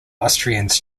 austrians